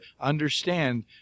understand